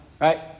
Right